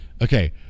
okay